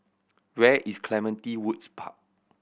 where is Clementi Woods Park